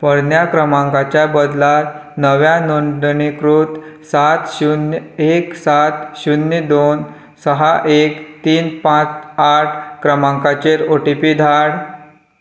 पोरन्या क्रमांकाच्या बदला नव्या नोंदणीकृत सात शुन्य एक सात शुन्य दोन साहा एक तीन पांच आठ क्रमांकाचेर ओ टी पी धाड